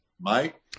Mike